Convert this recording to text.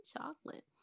chocolate